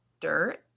dirt